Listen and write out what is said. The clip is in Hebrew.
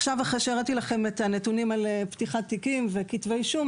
אחרי שהראיתי לכם את הנתונים על פתיחת תיקים וכתבי אישום,